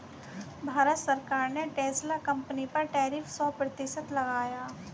भारत सरकार ने Tesla company पर टैरिफ सो प्रतिशत लगाया